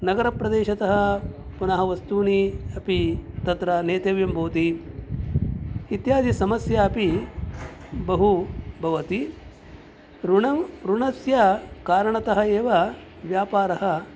नगरप्रदेशतः पुनः वस्तूनि अपि तत्र नेतव्यं भवति समस्या अपि बहु भवति ऋणं ऋणस्य कारणतः एव व्यापारः